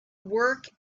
work